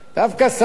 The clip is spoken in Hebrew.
דווקא שר